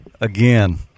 Again